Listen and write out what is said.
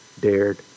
dared